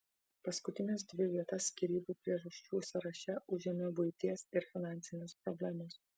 paskutines dvi vietas skyrybų priežasčių sąraše užėmė buities ir finansinės problemos